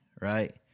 right